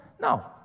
No